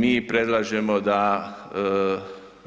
Mi predlažemo da